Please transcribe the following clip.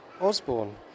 osborne